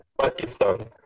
Pakistan